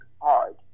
hard